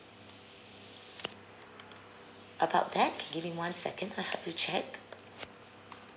about that give me one second I help you check